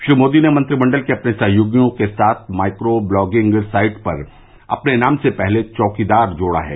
श्री मोदी ने मंत्रिमंडल के अपने सहयोगियों के साथ माइक्रो ब्लॉगिंग साइट पर अपने नाम से पहले चौकीदार जोड़ा है